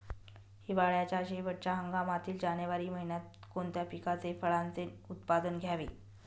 हिवाळ्याच्या शेवटच्या हंगामातील जानेवारी महिन्यात कोणत्या पिकाचे, फळांचे उत्पादन घ्यावे?